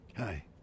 Hi